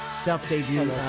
self-debut